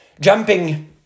Jumping